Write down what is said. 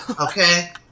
Okay